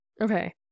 Okay